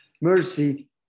mercy